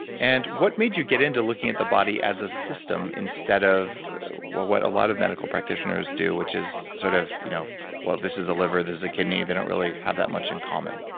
and what made you get into looking at the body as a system instead of well what a lot of medical practitioners do, which is, sort of you know well, this is a liver, this is a kidney, they don't really have that much in common.